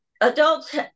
Adults